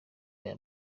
aya